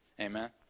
amen